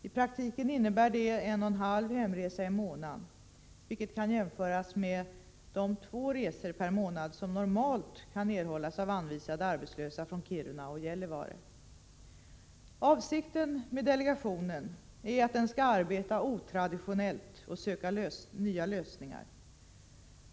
I praktiken innebär det en och en halv hemresa i månaden, vilket kan jämföras med de två resor per månad som normalt kan erhållas av anvisade arbetslösa från Kiruna och Gällivare. 117 Avsikten med delegationen är att den skall arbeta otraditionellt och söka nya lösningar.